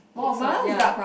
mix one ya